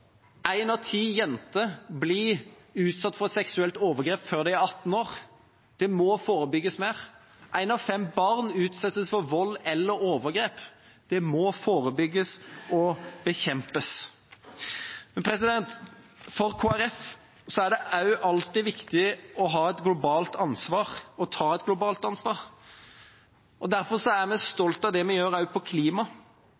Én av ti jenter blir utsatt for seksuelle overgrep før de er 18 år. Det må forebygges mer. Ett av fem barn utsettes for vold eller overgrep. Dette må forebygges og bekjempes. For Kristelig Folkeparti er det alltid viktig å ha et globalt ansvar, å ta et globalt ansvar, og derfor er vi